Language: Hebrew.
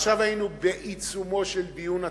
ועכשיו היינו בעיצומו של דיון התקציב,